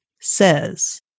says